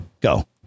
Go